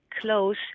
close